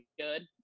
good